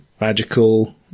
magical